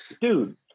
Dude